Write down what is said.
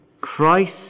Christ